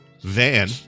Van